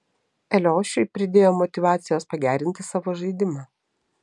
eliošiui pridėjo motyvacijos pagerinti savo žaidimą